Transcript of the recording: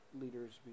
leaders